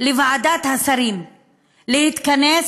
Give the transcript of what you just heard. לוועדת השרים להתכנס: